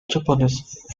japanese